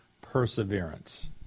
perseverance